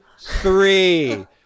three